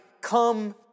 come